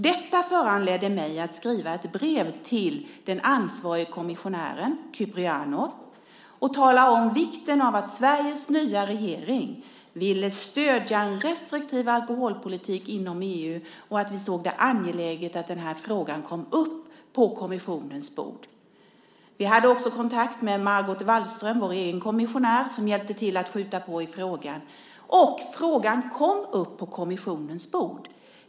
Detta föranledde mig att skriva ett brev till den ansvarige kommissionären Kyprianou och tala om vikten av att Sveriges nya regering ville stödja en restriktiv alkoholpolitik inom EU och att vi såg det som angeläget att den här frågan kom upp på kommissionens bord. Vi hade också kontakt med Margot Wallström, vår egen kommissionär, som hjälpte till att skjuta på i frågan, och frågan kom upp på kommissionens bord.